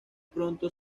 pronto